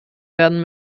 werden